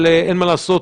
אבל אין מה לעשות,